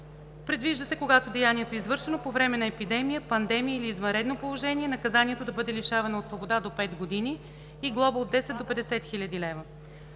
Предвижда се, когато деянието е извършено по време на епидемия, пандемия или извънредно положение, наказанието да бъде лишаване от свобода до пет години и глоба от десет до